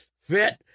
fit